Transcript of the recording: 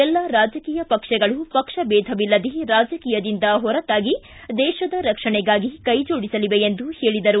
ಎಲ್ಲಾ ರಾಜಕೀಯ ಪಕ್ಷಗಳು ಪಕ್ಷದೇಧವಿಲ್ಲದೇ ರಾಜಕೀಯದಿಂದ ಹೊರತಾಗಿ ದೇಶದ ರಕ್ಷಣೆಗಾಗಿ ಕೈಜೋಡಿಸಲಿವೆ ಎಂದರು